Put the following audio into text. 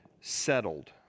settled